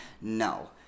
No